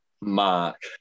Mark